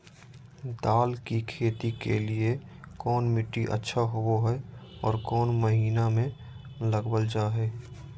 दाल की खेती के लिए कौन मिट्टी अच्छा होबो हाय और कौन महीना में लगाबल जा हाय?